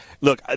Look